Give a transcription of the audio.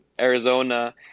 Arizona